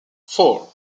four